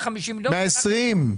לא היה ויכוח אף פעם על העניין הזה,